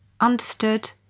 understood